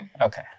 okay